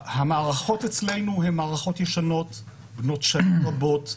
המערכות אצלנו הן מערכות ישנות בנות שנים רבות.